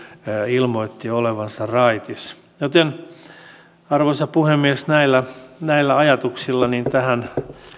ilmoitti olevansa raitis arvoisa puhemies näillä näillä ajatuksilla tähän